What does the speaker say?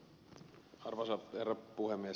arvoisa herra puhemies